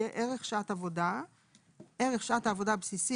יהיה ערך שעת עבודה ערך שעת העבודה הבסיסי